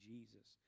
Jesus